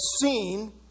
seen